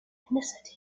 ethnicity